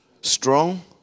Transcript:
strong